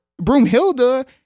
Broomhilda